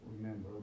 remember